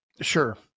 Sure